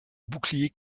bouclier